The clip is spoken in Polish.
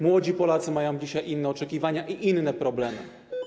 Młodzi Polacy mają dzisiaj inne oczekiwania i inne problemy.